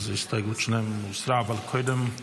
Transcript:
אז ההסתייגות שלהם הוסרה, אבל קודם,